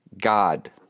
God